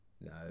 No